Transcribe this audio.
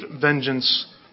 vengeance